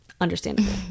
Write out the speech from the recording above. understandable